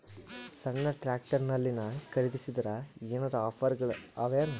ಸಣ್ಣ ಟ್ರ್ಯಾಕ್ಟರ್ನಲ್ಲಿನ ಖರದಿಸಿದರ ಏನರ ಆಫರ್ ಗಳು ಅವಾಯೇನು?